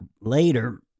later